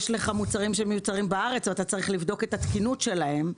יש מוצרים שמיוצרים בארץ ואתה צריך לבדוק את התקינות שלהם,